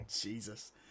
Jesus